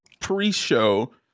pre-show